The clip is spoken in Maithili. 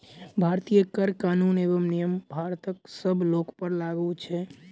भारतीय कर कानून एवं नियम भारतक सब लोकपर लागू छै